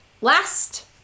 Last